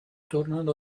tornano